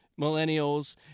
Millennials